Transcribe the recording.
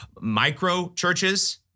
micro-churches